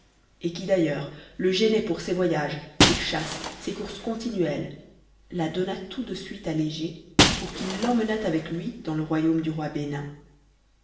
et qui d'ailleurs le gênait pour ses voyages ses chasses ses courses continuelles la donna tout de suite à léger pour qu'il l'emmenât avec lui dans le royaume du roi bénin